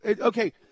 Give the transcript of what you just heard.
okay